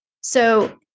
So-